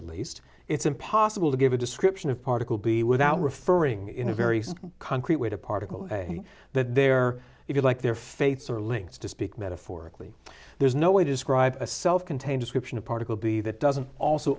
at least it's impossible to give a description of particle b without referring in a very concrete way to particle and that there if you like their fates are linked to speak metaphorically there's no way to describe a self contained description of particle b that doesn't also